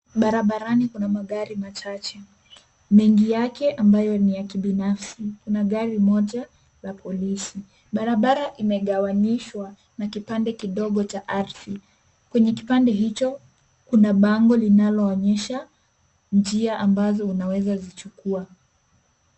Barabarani kuna magari machache, mengi yake ambayo ni ya kibinafsi. Kuna gari moja la polisi. Barabara imegawanyishwa na kipande kidogo cha ardhi. Kwenye kipande hicho, kuna bango linaloonyesha njia ambazo zinaweza zichukua.